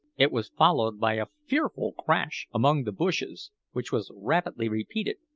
it was followed by a fearful crash among the bushes, which was rapidly repeated,